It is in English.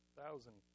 thousand